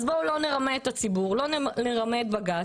בואו לא נרמה את הציבור, בואו לא נרמה את בג"ץ.